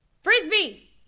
Frisbee